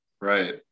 Right